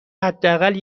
حداقل